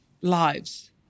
lives